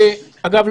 ואגב,